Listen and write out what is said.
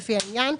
לפי העניין,